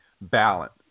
balance